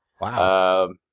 Wow